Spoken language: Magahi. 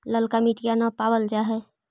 ललका मिटीया न पाबल जा है?